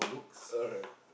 alright